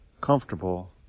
comfortable